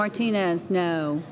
martinez no